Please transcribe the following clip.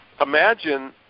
imagine